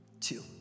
two